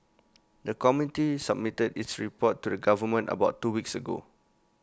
the committee submitted its report to the government about two weeks ago